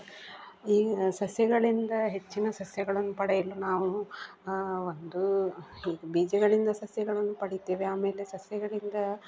ಈಗಿನ ಸಸ್ಯಗಳಿಂದ ಹೆಚ್ಚಿನ ಸಸ್ಯಗಳನ್ನು ಪಡೆಯಲು ನಾವು ಒಂದು ಈಗ ಬೀಜಗಳಿಂದ ಸಸ್ಯಗಳನ್ನು ಪಡೀತೇವೆ ಆಮೇಲೆ ಸಸ್ಯಗಳಿಂದ